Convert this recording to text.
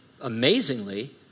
amazingly